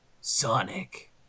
Sonic